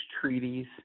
treaties